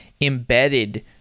embedded